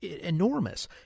enormous